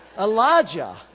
Elijah